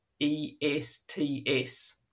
E-S-T-S